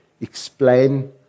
explain